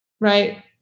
right